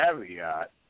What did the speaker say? caveat